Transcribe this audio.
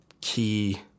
key